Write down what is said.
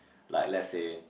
like let's say